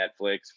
netflix